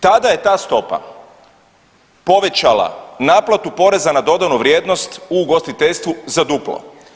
Tada je ta stopa povećala naplatu poreza na dodanu vrijednost u ugostiteljstvu za duplo.